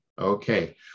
Okay